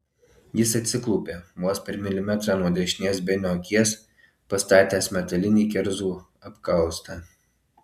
jis atsiklaupė vos per milimetrą nuo dešinės benio akies pastatęs metalinį kerzų apkaustą